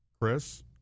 Chris